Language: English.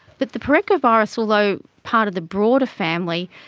but the parechovirus, although part of the broader family,